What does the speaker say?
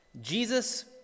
jesus